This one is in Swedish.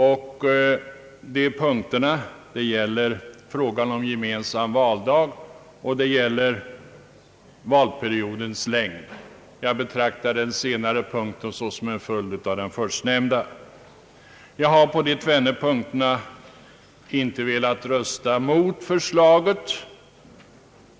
Dessa punkter gäller frågan om gemensam valdag och frågan om valperiodens längd. Jag betraktar den senare punkten som en följd av den förstnämnda. Jag har på dessa tvenne punkter inte velat rösta mot förslaget.